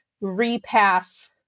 repass